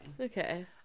Okay